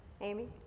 Amy